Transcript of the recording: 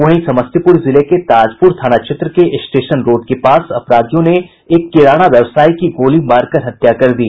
वहीं समस्तीपूर जिले के ताजपूर थाना क्षेत्र के स्टेशन रोड के पास अपराधियों ने एक किराना व्यवसायी की गोली मारकर हत्या कर दी